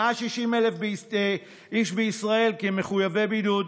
160,000 איש בישראל כמחויבי בידוד.